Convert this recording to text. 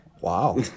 Wow